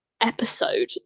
episode